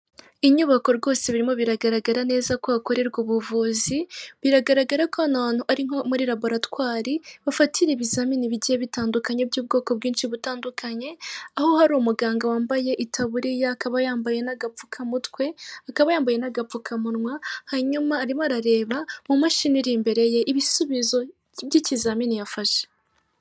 Inyubako rwose birimo biragaragara neza ko hakorerwa ubuvuzi biragaragara ko hano hantu ari nko muri laboratwari bafatira ibizamini bigiye bitandukanye by'ubwoko bwinshi butandukanye, aho hari umuganga wambaye itaburiya akaba yambaye n'agapfukamutwe akaba yambaye n'agapfukamunwa hanyuma arimo arareba mu mashini iri imbere ye ibisubizo by'ikizamini yafashe.